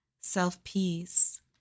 self-peace